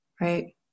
right